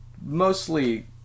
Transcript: mostly